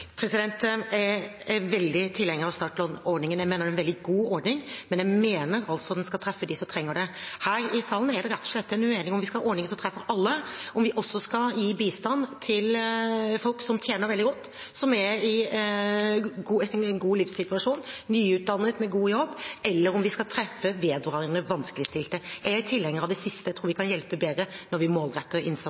Jeg er veldig tilhenger av startlånordningen. Jeg mener det er en veldig god ordning, men jeg mener altså at den skal treffe dem som trenger det. Her i salen er det rett og slett uenighet om vi skal ha en ordning som treffer alle, om vi også skal gi bistand til folk som tjener veldig godt, som er i en god livssituasjon, nyutdannede og med god jobb, eller om vi skal treffe vedvarende vanskeligstilte. Jeg er tilhenger av det siste. Jeg tror vi kan hjelpe bedre når vi målretter innsatsen.